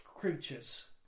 creatures